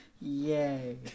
Yay